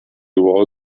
wall